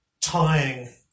tying